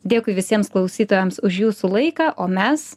dėkui visiems klausytojams už jūsų laiką o mes